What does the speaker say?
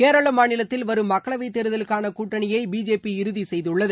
கேரள மாநிலத்தில் வரும் மக்களவை தேர்தலுக்கான கூட்டணியை பிஜேபி இறுதி செய்துள்ளது